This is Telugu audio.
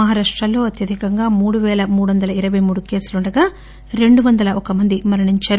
మహారాష్టలో అత్యధికంగా మూడు పేల మూడు వందల ఇరపై మూడు కేసులు ఉండగా రెండు వందల ఒక్క మంది మరణించారు